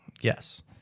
yes